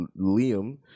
Liam